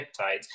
peptides